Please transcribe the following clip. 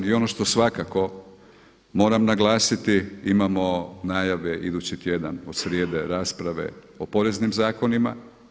I ono što svakako moram naglasiti imamo najave idući tjedan od srijede rasprave o poreznim zakonima.